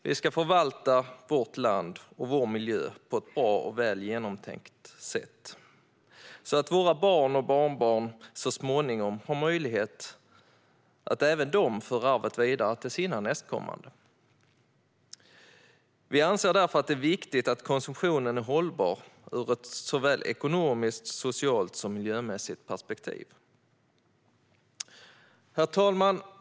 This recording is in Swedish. Vi ska förvalta vårt land och vår miljö på ett bra och väl genomtänkt sätt så att våra barn och barnbarn även de så småningom har möjlighet att föra arvet vidare till sina nästkommande. Vi anser därför att det är viktigt att konsumtionen är hållbar ur såväl ett ekonomiskt och socialt som ett miljömässigt perspektiv. Herr talman!